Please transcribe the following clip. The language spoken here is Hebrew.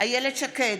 אילת שקד,